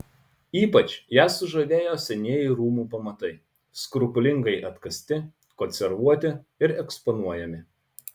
ypač ją sužavėjo senieji rūmų pamatai skrupulingai atkasti konservuoti ir eksponuojami